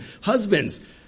Husbands